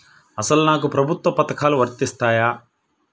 అసలు నాకు ప్రభుత్వ పథకాలు వర్తిస్తాయా?